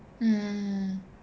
mmhmm